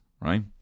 Right